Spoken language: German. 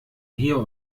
hier